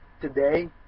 today